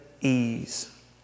ease